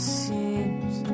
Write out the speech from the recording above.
seems